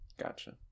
Gotcha